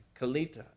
Kalita